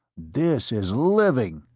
this is living,